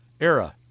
era